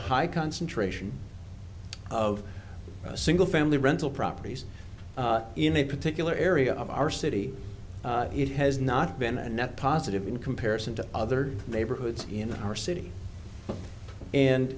a high concentration of single family rental properties in a particular area of our city it has not been a net positive in comparison to other neighborhoods in our city and